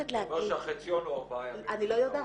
יודעת להגיד -- זה אומר שהחציון הוא ארבעה ימים -- אני לא יודעת,